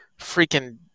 freaking –